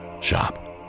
shop